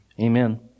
Amen